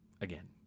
again